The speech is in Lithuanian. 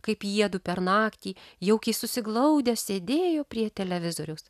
kaip jiedu per naktį jaukiai susiglaudę sėdėjo prie televizoriaus